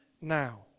now